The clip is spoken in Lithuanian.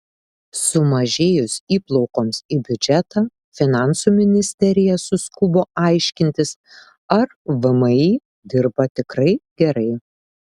sumažėjus įplaukoms į biudžetą finansų ministerija suskubo aiškintis ar vmi dirba tikrai gerai